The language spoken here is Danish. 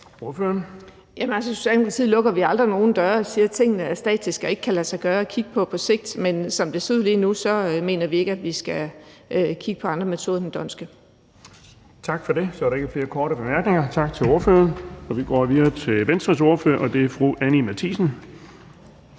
I Socialdemokratiet lukker vi aldrig nogen døre og siger, at tingene er statiske og ikke kan lade sig gøre at kigge på på sigt, men som det ser ud lige nu, mener vi ikke, at vi skal kigge på andre metoder end den d'Hondtske. Kl. 17:49 Den fg. formand (Erling Bonnesen): Tak for det. Så er der ikke flere korte bemærkninger. Tak til ordføreren. Vi går videre til Venstres ordfører, og det er fru Anni Matthiesen.